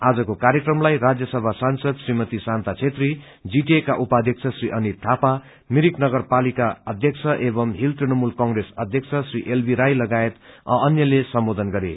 आजको कार्यक्रमलाई राज्य सभा सांसद श्रीमती शान्ता छेत्री जीटीए का उपाध्यक्ष श्री अनित थापा मिरिक नगरपालिका अध्यक्ष एंव हील तृणमूल कंप्रेस अध्यक्ष श्री एलबी राई लगायत अ अन्यले सम्बोधन गरे